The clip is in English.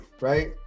right